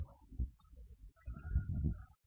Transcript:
तर हे ० वजा १ असेल तर १ आहे आणि नंतर एक